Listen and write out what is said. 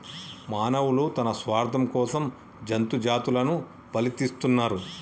మానవులు తన స్వార్థం కోసం జంతు జాతులని బలితీస్తున్నరు